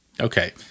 Okay